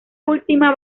última